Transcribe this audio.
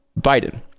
Biden